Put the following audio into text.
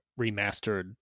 remastered